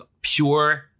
pure